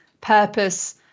purpose